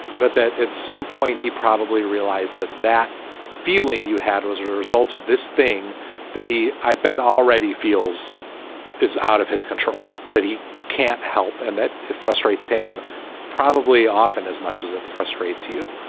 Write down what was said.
but that at some point he probably realized that that feeling you had was a result of this thing that he, i bet, already feels is out of his control that he can't help. and that frustrates him probably often as much as it frustrates you.